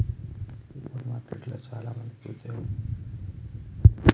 super మార్కెట్లు చాల మందికి ఉద్యోగ అవకాశాలను కల్పిస్తంది